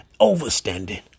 overstanding